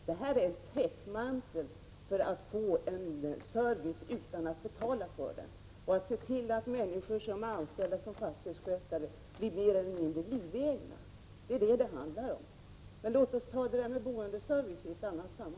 Det här är en täckmantel för att få en service utan att betala för den — det är ett medel att se till att människor som är anställda som fastighetsskötare blir mer eller mindre livegna; det är vad det handlar om. Låt oss diskutera boendeservicen i ett annat sammanhang.